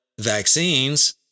vaccines